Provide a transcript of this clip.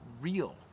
real